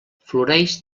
floreix